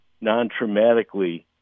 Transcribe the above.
non-traumatically